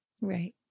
Right